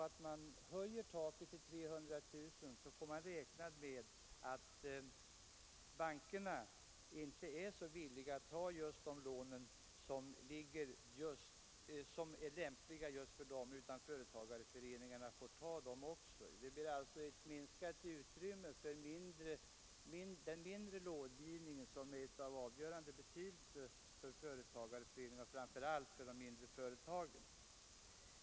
Om man höjer lånegränsen till 300 000 får man räkna med att bankerna inte är så villiga att bevilja de lån som är lämpliga, utan företagareföreningarna får ta även dessa lån. Det blir alltså ett minskat utrymme för den mindre långivningen, som är av avgörande betydelse för företagareföreningarna och framför allt för de mindre företagen.